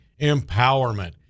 empowerment